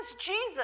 Jesus